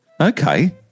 Okay